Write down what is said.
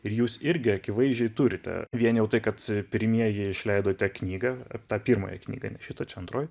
ir jūs irgi akivaizdžiai turite vien jau tai kad pirmieji išleidote knygą tą pirmąją knygą ne šitą čia antroji